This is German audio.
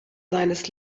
seines